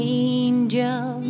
angel